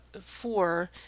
four